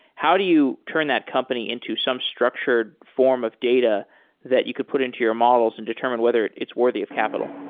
how do you turn that company into some structured form of data that you could put into your models and determine whether it's worthy of capital?